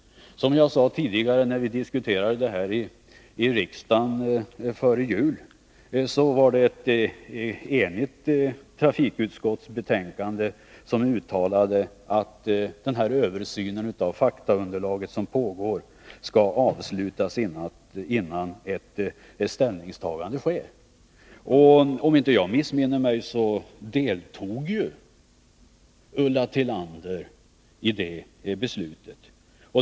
Som jag sade tidigare när vi diskuterade detta i riksdagen före jul, var det ett enhälligt trafikutskott som i ett betänkande uttalade att den översyn av faktaunderlaget som pågår skall avslutas innan ett ställningstagande sker. Om jag inte missminner mig, deltog Ulla Tillander i detta beslut.